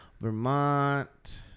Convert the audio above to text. Vermont